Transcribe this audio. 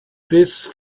these